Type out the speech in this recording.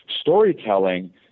storytelling